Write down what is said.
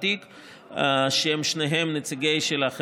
אך ראוי לציין שאך מעט מהם,